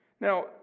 Now